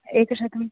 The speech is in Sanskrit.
एकशतम्